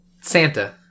santa